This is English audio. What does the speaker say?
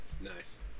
Nice